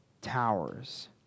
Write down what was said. towers